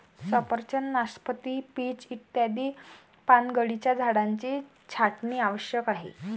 सफरचंद, नाशपाती, पीच इत्यादी पानगळीच्या झाडांची छाटणी आवश्यक आहे